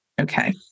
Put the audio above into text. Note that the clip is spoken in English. Okay